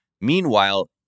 Meanwhile